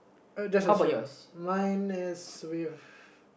that's a Chevron mine is with